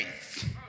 faith